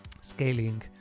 scaling